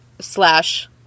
slash